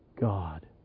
God